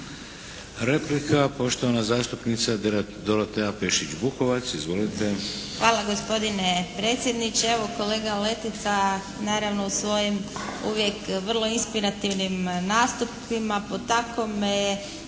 Replika poštovana zastupnica Dorotea Pešić-Bukovac. Izvolite. **Pešić-Bukovac, Dorotea (IDS)** Hvala gospodine predsjedniče. Evo kolega Letica naravno u svojim uvijek vrlo inspirativnim nastupima potako me